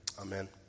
Amen